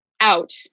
out